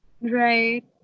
Right